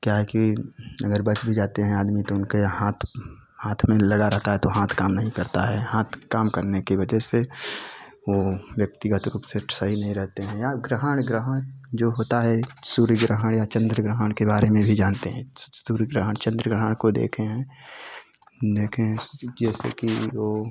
क्या है कि अगर बच भी जाते हैं आदमी तो उनके हाथ हाथ में लगा रहता है तो हाथ काम नहीं करता है हाथ काम करने की वजह से वह व्यक्तिगत रूप से सही नहीं रहते हैं या ग्रहण ग्रहण जो होता है सूर्य ग्रहण या चन्द्र ग्रहण के बारे में भी जानते हैं सूर्य ग्रहण चन्द्र ग्रहण को देखे हैं देखे हैं जैसे कि ओ